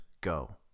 go